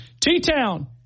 T-Town